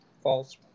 false